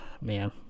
Man